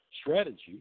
strategy